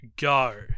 go